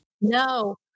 No